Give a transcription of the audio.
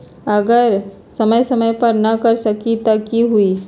अगर समय समय पर न कर सकील त कि हुई?